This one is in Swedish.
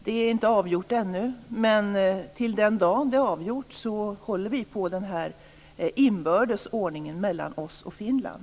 Det är inte avgjort ännu, men till den dag det avgörs håller vi på den här inbördes ordningen mellan oss och Finland.